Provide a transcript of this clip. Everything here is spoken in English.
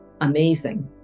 amazing